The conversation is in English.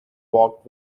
walked